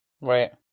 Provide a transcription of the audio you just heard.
right